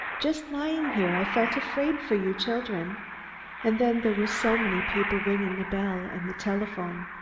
just lying here, i felt afraid for you children and then there were so many people ringing the bell and the telephone,